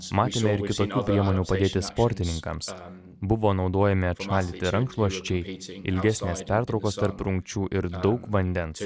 matėme ir kitokių priemonių padėti sportininkams buvo naudojami atšaldyti rankšluosčiai ilgesnės pertraukos tarp rungčių ir daug vandens